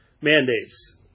mandates